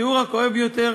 התיאור הכואב ביותר